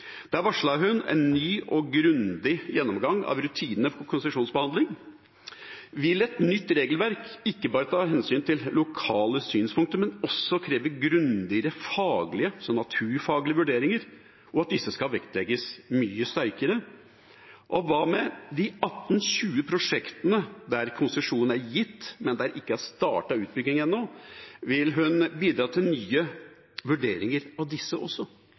hun en ny og grundig gjennomgang av rutinene for konsesjonsbehandling. Vil et nytt regelverk ikke bare ta hensyn til lokale synspunkter, men også kreve grundigere faglige, naturfaglige, vurderinger, og at disse skal vektlegges mye sterkere? Og hva med de 18–20 prosjektene der konsesjon er gitt, men der det ikke er startet utbygging ennå – vil hun bidra til nye vurderinger av disse også?